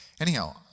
anyhow